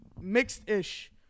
mixed-ish